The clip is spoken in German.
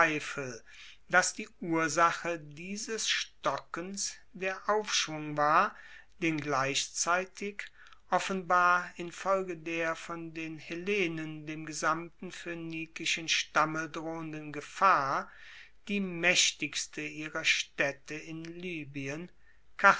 dass die ursache dieses stockens der aufschwung war den gleichzeitig offenbar infolge der von den hellenen dem gesamten phoenikischen stamme drohenden gefahr die maechtigste ihrer staedte in libyen